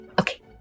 Okay